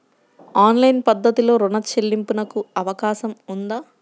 Online పద్ధతిలో రుణ చెల్లింపునకు అవకాశం ఉందా?